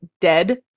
dead